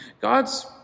God's